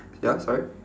ya sorry